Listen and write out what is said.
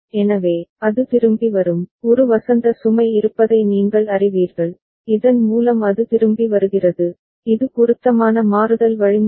எனவே அது திரும்பி வரும் ஒரு வசந்த சுமை இருப்பதை நீங்கள் அறிவீர்கள் இதன் மூலம் அது திரும்பி வருகிறது இது பொருத்தமான மாறுதல் வழிமுறை